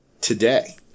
today